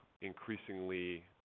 increasingly